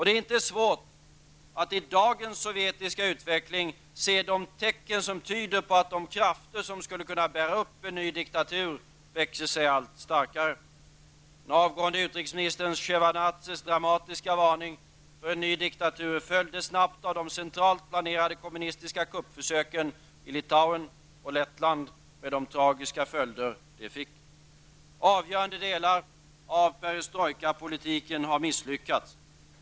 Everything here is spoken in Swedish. Det är inte svårt att i dagens sovjetiska utveckling se de tecken som tyder på att de krafter som skulle bära upp en ny diktatur växer sig allt starkare. Den avgående utrikesministern Sjevardnadzes varning för en ny diktatur följdes snabbt av de centralt planerade kommunistiska kuppförsöken i Litauen och Lettland med de tragiska följder de fick. Avgörande delar av perestrojkapolitiken har misslyckats.